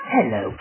Hello